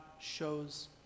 shows